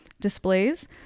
displays